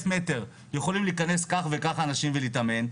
מטר יכולים להיכנס כך וכך אנשים ולהתאמן,